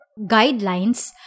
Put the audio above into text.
guidelines